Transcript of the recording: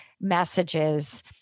messages